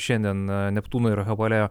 šiandien neptūno ir hapoelio